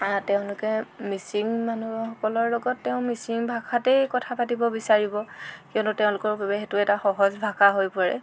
তেওঁলোকে মিচিং মানুহসকলৰ লগত তেওঁ মিচিং ভাষাতে কথা পাতিব বিচাৰিব কিয়নো তেওঁলোকৰ বাবে সেইটো এটা সহজ ভাষা হৈ পৰে